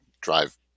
drive